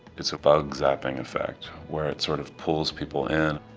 it's a bug zapping effect, where it sort of pulls people in.